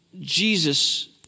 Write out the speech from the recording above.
Jesus